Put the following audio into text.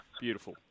Beautiful